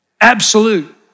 absolute